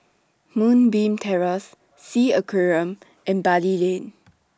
Moonbeam Terrace S E A Aquarium and Bali Lane